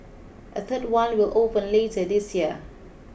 a third one will open later this year